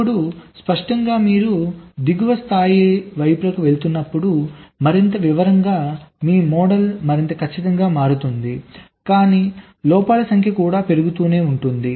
ఇప్పుడు స్పష్టంగా మీరు దిగువ స్థాయిల వైపుకు వెళుతున్నప్పుడు మరింత వివరంగా మీ మోడల్ మరింత ఖచ్చితమైనదిగా మారుతుంది కానీ లోపాల సంఖ్య కూడా పెరుగుతూనే ఉంటుంది